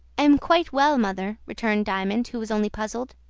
am quite well, mother, returned diamond, who was only puzzled.